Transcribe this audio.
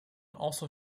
also